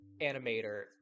animator